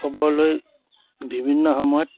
খবৰলৈ বিভিন্ন সময়ত